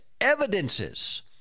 evidences